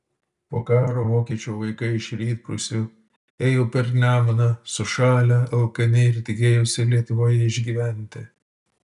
po karo vokiečių vaikai iš rytprūsių ėjo per nemuną sušalę alkani ir tikėjosi lietuvoje išgyventi